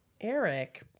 Eric